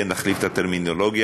כן נחליף את הטרמינולוגיה,